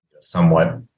somewhat